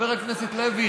חבר הכנסת לוי,